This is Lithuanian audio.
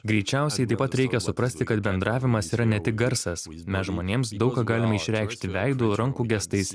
greičiausiai taip pat reikia suprasti kad bendravimas yra ne tik garsas mes žmonėms daug ką galime išreikšti veidu rankų gestais